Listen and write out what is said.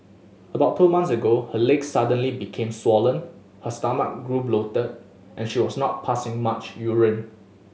about two months ago her legs suddenly became swollen her stomach grew bloated and she was not passing much urine